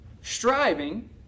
striving